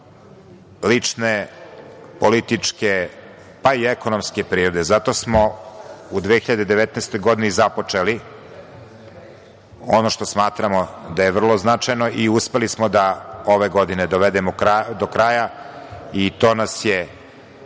lične, političke, pa i ekonomske prirode. Zato smo u 2019. godini započeli ono što smatramo da je vrlo značajno i uspeli smo da ove godine dovedemo do kraja i to nas je